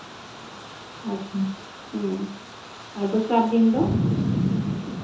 ᱟᱪᱪᱷᱟ ᱦᱮᱸ ᱟᱨ ᱫᱚᱥᱟᱨ ᱫᱤᱱ ᱫᱚ